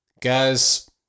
guys